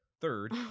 Third